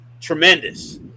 tremendous